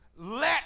Let